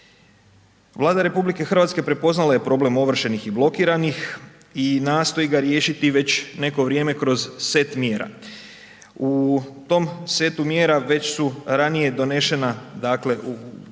Vlada RH prepoznala je problem ovršenih i blokiranih i nastoji ga riješiti već neko vrijeme kroz set mjera. U tom setu mjera već su ranije donešena, dakle, već